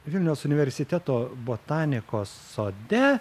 vilniaus universiteto botanikos sode